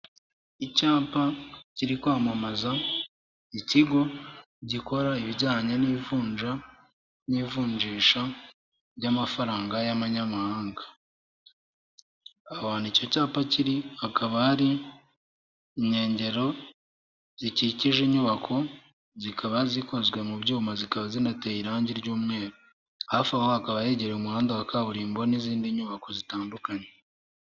Icyapa kiri kwamamaza ikigo gikora ibijyanye n'ivunja n'ivunjisha ry'amafaranga y'amanyamahanga, ahantu icyo cyapa kiri kakaba hari inkengero zikikije inyubako, zikaba zikozwe mu byuma zikaba zinateye irangi ry'umweru, hafi aho hakaba hegere umuhanda wa kaburimbo n'izindi nyubako zitandukanye.